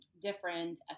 different